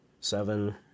Seven